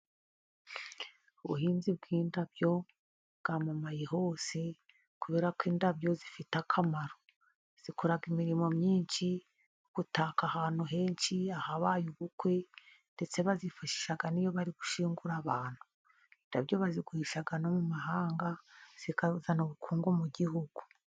Ubuhinzi bw'indabyo bwamamaye hose ,kubera ko indabyo zifite akamaro zikora imirimo myinshi ,gutaka ahantu henshi, ahabaye ubukwe ndetse bazifashisha iyo bari gushyingura abantu, indabyo bazikoresha no mu mahanga ,zikazana ubukungu mu gihugu.